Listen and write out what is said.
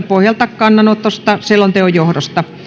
pohjalta kannanotosta selonteon johdosta